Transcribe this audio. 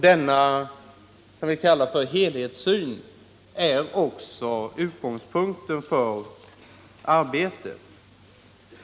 Denna helhetssyn är också utgångspunkt för arbetet.